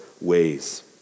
ways